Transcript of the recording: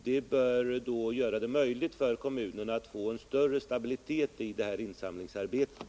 Detta bör göra det möjligt för kommunerna att få en större stabilitet i insamlingsarbetet.